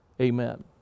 amen